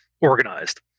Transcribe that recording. organized